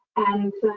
and,